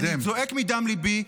אני זועק מדם ליבי,